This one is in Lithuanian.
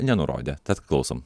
nenurodė tad klausom